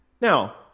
Now